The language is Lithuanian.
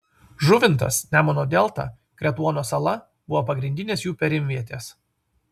žuvintas nemuno delta kretuono sala buvo pagrindinės jų perimvietės